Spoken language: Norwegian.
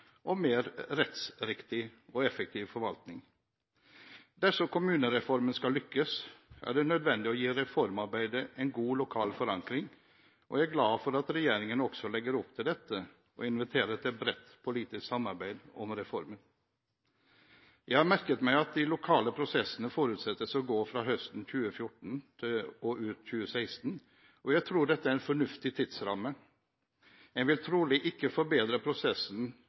og mer rettsriktig og effektiv forvaltning. Dersom en skal lykkes med kommunereformen, er det nødvendig å gi reformarbeidet en god lokal forankring. Jeg er glad for at regjeringen også legger opp til dette og inviterer til et bredt politisk samarbeid om reformen. Jeg har merket meg at de lokale prosessene forutsettes å gå fra høsten 2014 og ut 2016. Jeg tror dette er en fornuftig tidsramme. En vil trolig ikke forbedre prosessen